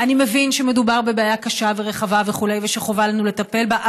אני מבין שמדובר בבעיה קשה ורחבה וכו' ושחובה עלינו לטפל בה,